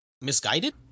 misguided